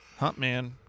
Huntman